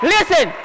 Listen